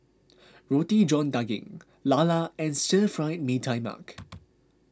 Roti John Daging Lala and Stir Fried Mee Tai Mak